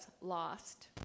lost